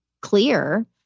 clear